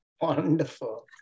Wonderful